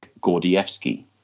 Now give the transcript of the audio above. Gordievsky